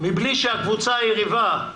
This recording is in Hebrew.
מבלי שהקבוצה היריבה,